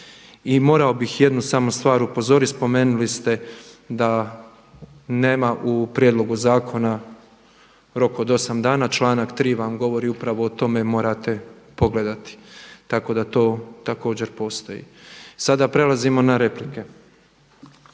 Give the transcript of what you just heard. I morao bih jednu samo stvar upozoriti. Spomenuli ste da nema u prijedlogu zakona rok od 8 dana, članak 3. vam govori upravo o tome morate pogledati, tako da to također postoji. Sada prelazimo na replike.